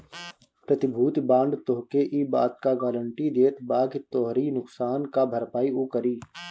प्रतिभूति बांड तोहके इ बात कअ गारंटी देत बाकि तोहरी नुकसान कअ भरपाई उ करी